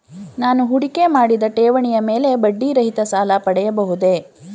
ನಾನು ಹೂಡಿಕೆ ಮಾಡಿದ ಠೇವಣಿಯ ಮೇಲೆ ಬಡ್ಡಿ ರಹಿತ ಸಾಲ ಪಡೆಯಬಹುದೇ?